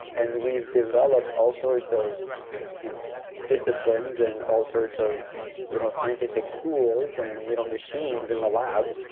and we've developed all sorts of you know disciplines and all sorts of you know scientific tools and you know machines in the lab